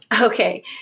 Okay